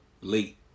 late